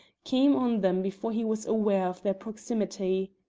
came on them before he was aware of their proximity.